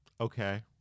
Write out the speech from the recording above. Okay